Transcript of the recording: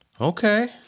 Okay